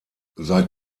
seit